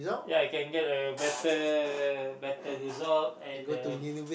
ya I can get a better better result and a